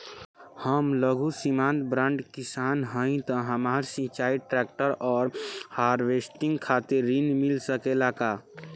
हम लघु सीमांत बड़ किसान हईं त हमरा सिंचाई ट्रेक्टर और हार्वेस्टर खातिर ऋण मिल सकेला का?